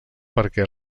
perquè